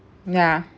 yeah